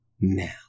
now